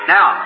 Now